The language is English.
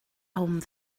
home